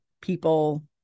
people